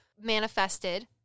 manifested